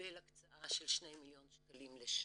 קיבל הקצרה של שני מיליון שקלים לשנה,